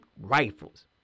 rifles